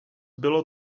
bylo